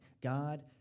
God